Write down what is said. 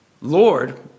Lord